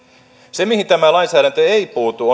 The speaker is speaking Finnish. se mihin tämä lainsäädäntö ei puutu